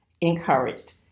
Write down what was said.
encouraged